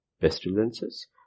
pestilences